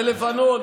ללבנון,